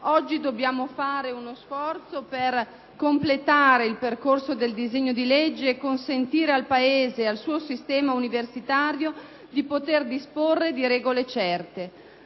Oggi dobbiamo fare uno sforzo per completare il percorso del disegno di legge, per consentire al Paese e al suo sistema universitario di disporre di regole certe.